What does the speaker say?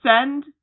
send